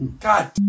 God